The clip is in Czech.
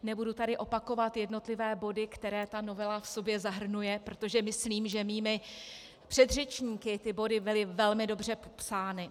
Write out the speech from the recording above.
Nebudu tady opakovat jednotlivé body, které novela v sobě zahrnuje, protože myslím, že mými předřečníky ty body byly velmi dobře popsány.